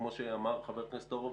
כמו שאמר חבר הכנסת הורוביץ,